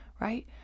right